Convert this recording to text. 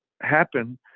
happen